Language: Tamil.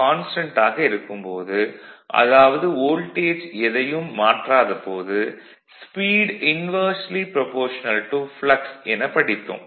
கான்ஸ்டன்ட் ஆக இருக்கும் போது அதாவது வோல்டேஜ் எதையும் மாற்றாத போது speed inversely proportional to flux எனப் படித்தோம்